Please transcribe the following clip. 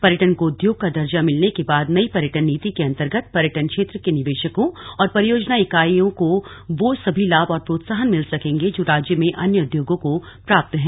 पर्यटन को उद्योग का दर्जा मिलने के बाद नई पर्यटन नीति के अन्तर्गत पर्येटन क्षेत्र के निवेशकों और परियोजना इकाईयों को वो सभी लाभ और प्रोत्साहन मिल सकेंगे जो राज्य में अन्य उद्योगों को प्राप्त हैं